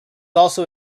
also